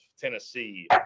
tennessee